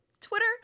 Twitter